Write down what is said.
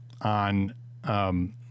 on –